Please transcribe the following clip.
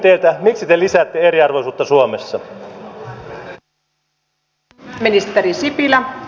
miksi te lisäätte eriarvoisuutta suomessa